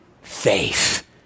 faith